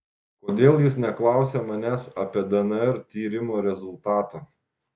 kodėl jis neklausia manęs apie dnr tyrimo rezultatą